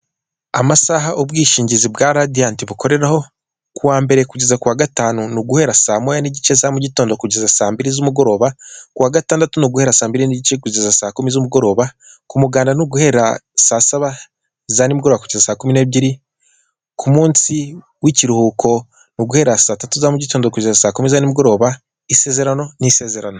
Amasaha ubwishingizi bwa radiant bukoreraho, kuwa mbere kugeza ku wa gatanu ni uguhera saa moya n'igice za mu gitondo, kugeza saa mbiri z'umugoroba, kuwa gatandatu ni guhera saa mbiri n'igice, kugeza saa kumi z'umugoroba, kumuganda ni uguhera saa saba za nimugoroba, kugeza saa kumi n'ebyiri, ku munsi w'ikiruhuko ni uguhera saa tatu za mu mugitondo, kugeza saa kumi za nimugoroba, isezerano n'isezerano.